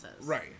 Right